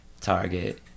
Target